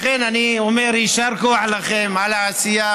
לכן אני אומר: יישר כוח לכם על העשייה,